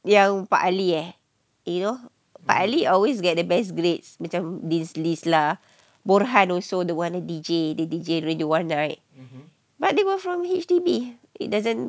yang pak ali eh you know pak ali always get the best grades macam dean's lists lah borhan also the one the D_J D_J radio warna right but they were from H_D_B it doesn't